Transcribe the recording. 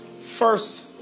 first